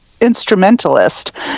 instrumentalist